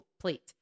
plate